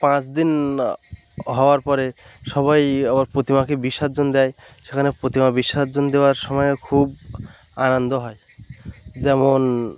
পাঁচ দিন হওয়ার পরে সবাই আবার প্রতিমাকে বিসর্জন দেয় সেখানে প্রতিমা বিসর্জন দেওয়ার সময় খুব আনন্দ হয় যেমন